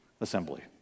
assembly